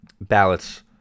ballots